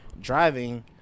driving